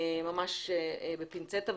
ממש בפינצטה,